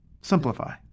Simplify